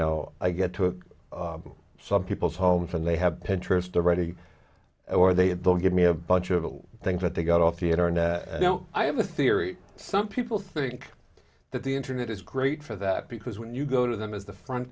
know i get to some people's homes and they have pinterest already or they will give me a bunch of things that they got off the internet and now i have a theory some people think that the internet is great for that because when you go to them as the front